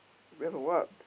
based on what